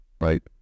right